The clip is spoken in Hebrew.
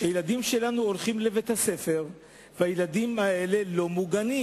שהילדים שלנו הולכים לבית-הספר והילדים האלה לא מוגנים?